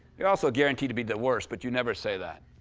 you're also guaranteed to be the worst, but you never say that.